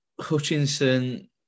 Hutchinson